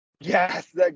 Yes